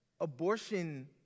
abortion